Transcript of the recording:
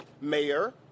mayor